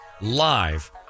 live